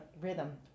rhythm